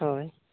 ᱦᱳᱭ